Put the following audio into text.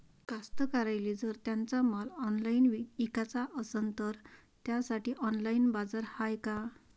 कास्तकाराइले जर त्यांचा माल ऑनलाइन इकाचा असन तर त्यासाठी ऑनलाइन बाजार हाय का?